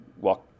walk